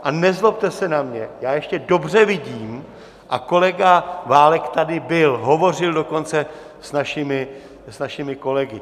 A nezlobte se na mě, já ještě dobře vidím a kolega Válek tady byl, hovořil dokonce s našimi kolegy.